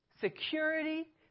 Security